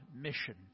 Mission